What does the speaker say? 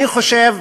אני חושב,